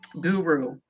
guru